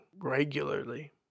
regularly